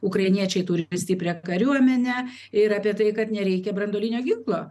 ukrainiečiai turi stiprią kariuomenę ir apie tai kad nereikia branduolinio ginklo